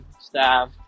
staff